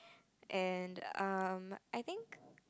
and um I think